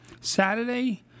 Saturday